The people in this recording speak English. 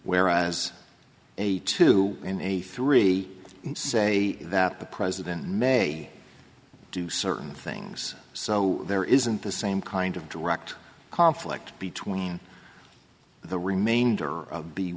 whereas a two and a three say that the president may do certain things so there isn't the same kind of direct conflict between the remainder